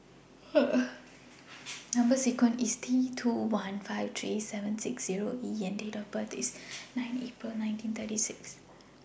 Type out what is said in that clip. Number sequence IS T two one five three seven six Zero E and Date of birth IS nine April nineteen thirty six